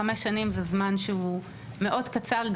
חמש שנים זה זמן שהוא מאוד קצר,